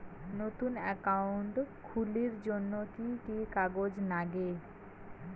নতুন একাউন্ট খুলির জন্যে কি কি কাগজ নাগে?